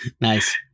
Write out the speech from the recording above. Nice